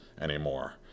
anymore